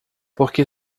porque